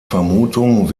vermutung